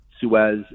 Suez